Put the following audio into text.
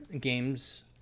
games